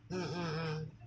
mm mm mm